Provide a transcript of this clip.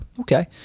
Okay